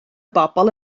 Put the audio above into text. bobl